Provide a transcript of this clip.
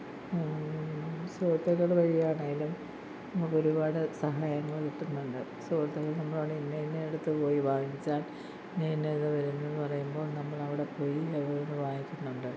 സുഹൃത്തുക്കൾ വഴി ആണെങ്കിലും നമുക്ക് ഒരുപാട് സഹായങ്ങൾ കിട്ടുന്നുണ്ട് സുഹൃത്തുക്കൾ നമ്മളോട് ഇന്ന ഇന്നയിടത്ത് പോയി വാങ്ങിച്ചാൽ ഇന്ന ഇന്ന ഇത് വരുന്നു എന്ന് പറയുമ്പോൾ നമ്മൾ അവിടെ പോയി നമ്മൾ അത് വാങ്ങിക്കുന്നുണ്ട്